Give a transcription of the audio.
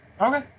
Okay